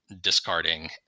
discarding